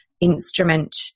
instrument